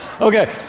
Okay